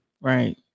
Right